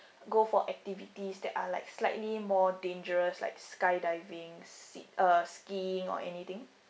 go for activities that are like slightly more dangerous like skydiving ski~ uh skiing or anything